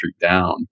down